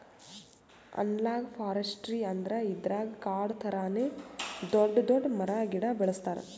analogue forestry ಅಂದ್ರ ಇದ್ರಾಗ್ ಕಾಡ್ ಥರಾನೇ ದೊಡ್ಡ್ ದೊಡ್ಡ್ ಮರ ಗಿಡ ಬೆಳಸ್ತಾರ್